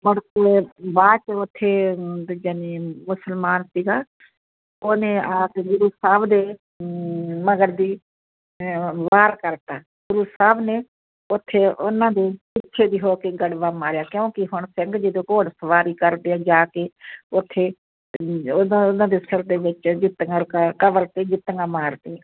ਮੁੜ ਕੇ ਬਾਅਦ 'ਚ ਉੱਥੇ ਜਾਣੀ ਮੁਸਲਮਾਨ ਸੀਗਾ ਉਹਨੇ ਆ ਕੇ ਗੁਰੂ ਸਾਹਿਬ ਦੇ ਮਗਰ ਦੀ ਵਾਰ ਕਰ ਦਿੱਤਾ ਗੁਰੂ ਸਾਹਿਬ ਨੇ ਉੱਥੇ ਉਹਨਾਂ ਦੇ ਪਿੱਛੇ ਦੀ ਹੋ ਕੇ ਗੜਵਾ ਮਾਰਿਆ ਕਿਉਂਕਿ ਹੁਣ ਸਿੰਘ ਜਦੋਂ ਘੋੜ ਸਵਾਰੀ ਕਰਦੇ ਆ ਜਾ ਕੇ ਉੱਥੇ ਉਹਨਾਂ ਉਹਨਾਂ ਦੇ ਸਿਰ ਦੇ ਵਿੱਚ ਜੁੱਤੀਆਂ ਕਬਰ 'ਤੇ ਜੁੱਤੀਆਂ ਮਾਰਦੇ ਆ